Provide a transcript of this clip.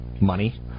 money